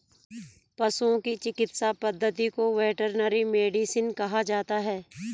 पशुओं की चिकित्सा पद्धति को वेटरनरी मेडिसिन कहा जाता है